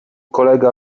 kolega